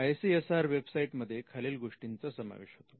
I C S R website मध्ये खालील गोष्टींचा समावेश होतो